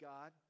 God